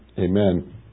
amen